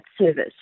service